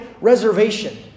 reservation